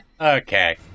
Okay